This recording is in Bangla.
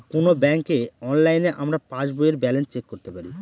কোনো ব্যাঙ্কে অনলাইনে আমরা পাস বইয়ের ব্যালান্স চেক করতে পারি